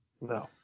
No